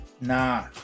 Nah